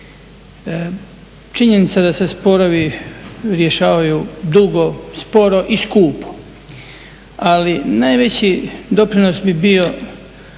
Činjenica da se sporovi rješavaju dugo, sporo i skupo, ali najveći doprinos bi bio